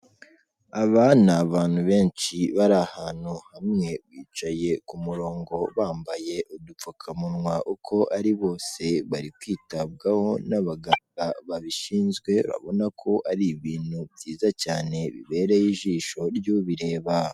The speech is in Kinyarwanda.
Aba ni abantu benshi bari ahantu hamwe, bicaye ku murongo bambaye udupfukamunwa, uko ari bose bari kwitabwaho n'abaganga babishinzwe, urabona ko ari ibintu byiza cyane, bibereye ijisho ry'ubireba.